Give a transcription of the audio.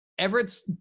Everett's